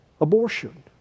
abortion